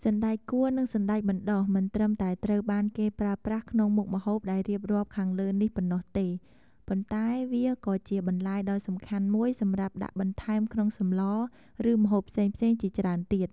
សណ្តែកគួរ និងសណ្តែកបណ្តុះ មិនត្រឹមតែត្រូវបានគេប្រើប្រាស់ក្នុងមុខម្ហូបដែលរៀបរាប់ខាងលើនេះប៉ុណ្ណោះទេ ប៉ុន្តែវាក៏ជាបន្លែដ៏សំខាន់មួយសម្រាប់ដាក់បន្ថែមក្នុងសម្ល ឬម្ហូបផ្សេងៗជាច្រើនទៀត។